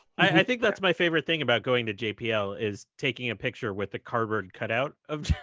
i think that's my favorite thing about going to jpl is taking a picture with a cardboard cutout of